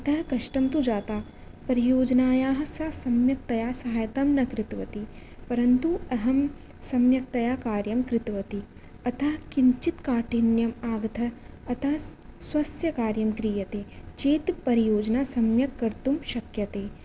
अतः कष्टं तु जाता परियोजनायाः सा सम्यक्तया सहायतां न कृतवती परन्तु अहं सम्यक्तया कार्यं कृतवती अतः किञ्चित् काठिन्यम् आगतः अतः स्वस्य कार्यं क्रियते चेत् परियोजना सम्यक् कर्तुं शक्यते